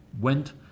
went